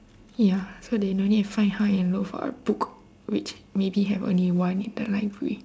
ya so they don't need to find high and low for a book which maybe have only one in the library